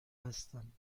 هستم